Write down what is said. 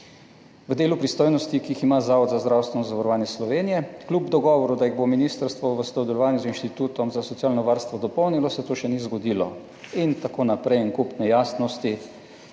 v delu pristojnosti, ki jih ima Zavod za zdravstveno zavarovanje Slovenije kljub dogovoru, da jih bo ministrstvo v sodelovanju z Inštitutom za socialno varstvo dopolnilo se to še ni zgodilo. In tako naprej, en kup nejasnosti.